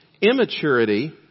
immaturity